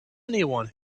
anyone